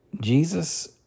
Jesus